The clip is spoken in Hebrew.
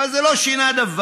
אבל זה לא שינה דבר,